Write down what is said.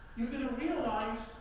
you're going to realize,